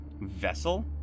vessel